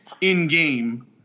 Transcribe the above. in-game